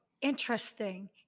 Interesting